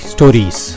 Stories